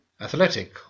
athletic